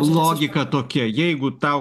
logika tokia jeigu tau